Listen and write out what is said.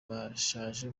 bashaje